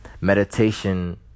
Meditation